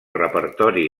repertori